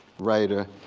writer,